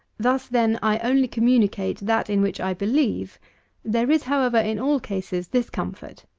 thus, then, i only communicate that in which i believe there is, however, in all cases, this comfort,